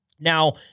Now